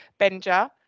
Benja